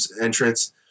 entrance